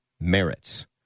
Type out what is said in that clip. merits